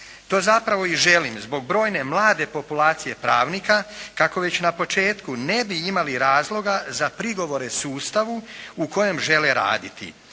To zapravo i želim zbog brojne mlade populacije pravnika kako već na početku ne bi imali razloga za prigovore sustavu u kojem žele raditi,